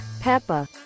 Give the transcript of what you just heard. Peppa